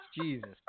jesus